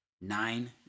nine